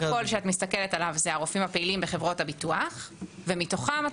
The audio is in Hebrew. הסך הכול שאת מסתכלת עליו זה הרופאים הפעילים בחברות הביטוח ומתוכם את